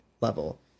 level